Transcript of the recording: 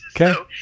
Okay